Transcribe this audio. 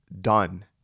done